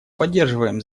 поддерживаем